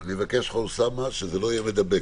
אני מבקש שזה לא יהיה מדבק,